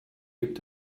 gibt